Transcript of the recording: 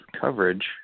coverage